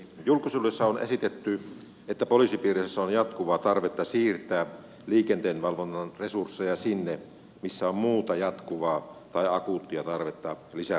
julkisuudessa on esitetty että poliisipiireissä on jatkuvaa tarvetta siirtää liikenteen valvonnan resursseja sinne missä on muuta jatkuvaa tai akuuttia tarvetta lisäresursseissa